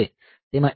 તે ARM processor છે